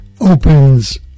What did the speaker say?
opens